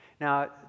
Now